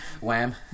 Wham